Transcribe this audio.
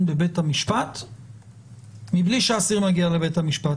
בבית המשפט מבלי שהאסיר מגיע לבית המשפט.